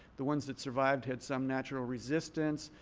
the ones that survived had some natural resistance.